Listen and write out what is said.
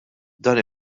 dan